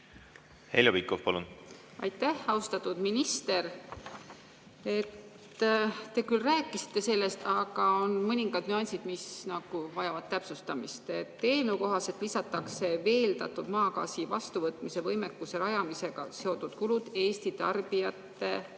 Heljo Pikhof, palun! Aitäh! Austatud minister! Te küll rääkisite sellest, aga on mõningad nüansid, mis vajavad täpsustamist. Eelnõu kohaselt lisatakse veeldatud maagaasi vastuvõtmise võimekuse rajamisega seotud kulud Eesti tarbijate